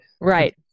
Right